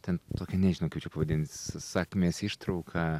ten tokią nežinau kaip čia pavadins sakmės ištrauką